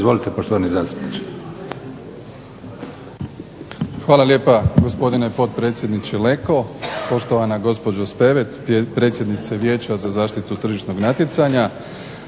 Izvolite poštovani zastupniče.